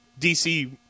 DC